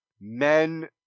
men